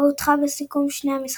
בו הודחה בסיכום שני המשחקים.